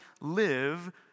live